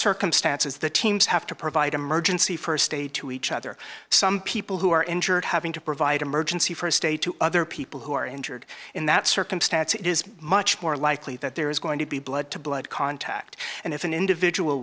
circumstance is the teams have to provide emergency st aid to each other some people who are injured having to provide emergency st aid to other people who are injured in that circumstance it is much more likely that there is going to be blood to blood contact and if an individual